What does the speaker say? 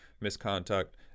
misconduct